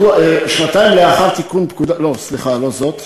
שנתיים לאחר תיקון, סליחה, לא זאת.